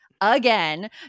again